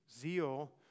zeal